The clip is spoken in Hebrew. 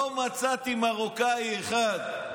לא מצאתי מרוקאי אחד.